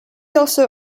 also